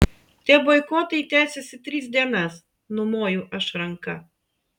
tie boikotai tęsiasi tris dienas numoju aš ranka